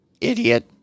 idiot